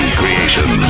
creation